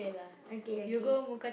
okay okay